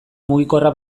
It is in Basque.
mugikorra